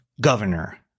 governor